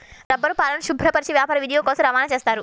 రబ్బరుపాలను శుభ్రపరచి వ్యాపార వినియోగం కోసం రవాణా చేస్తారు